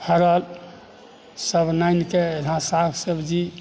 फड़ल सभ रङ्गके इहाँ साग सब्जी